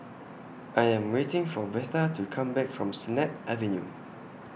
I Am waiting For Betha to Come Back from Sennett Avenue